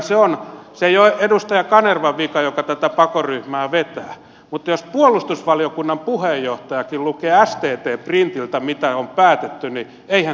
se ei ole edustaja kanervan vika joka tätä pako ryhmää vetää mutta jos puolustusvaliokunnan puheenjohtajakin lukee sttn printiltä mitä on päätetty niin eihän se ole mistään kotoisin